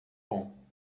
bom